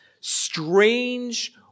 strange